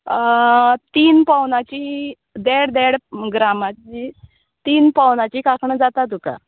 तीन पोवनाचीं दॅड दॅड ग्रामाचीं तीन पोवनाचीं कांकणां जाता तुका